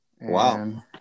Wow